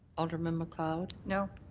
alderman macleod. no.